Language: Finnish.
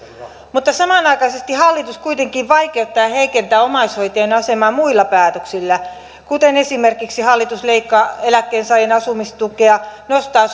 samanaikaisesti hallitus kuitenkin vaikeuttaa ja heikentää omaishoitajien asemaa muilla päätöksillä hallitus esimerkiksi leikkaa eläkkeensaajien asumistukea nostaa